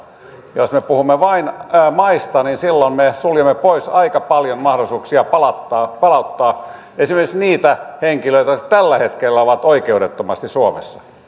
jos me puhumme vain maista niin silloin me suljemme pois aika paljon mahdollisuuksia palauttaa esimerkiksi niitä henkilöitä jotka tällä hetkellä ovat oikeudettomasti suomessa